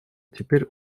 теперь